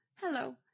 hello